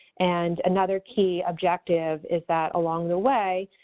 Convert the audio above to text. and another key objective is that along the way,